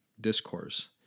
discourse